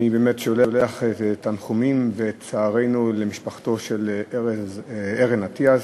אני מביע את צערנו ושולח תנחומים למשפחתו של עדן אטיאס,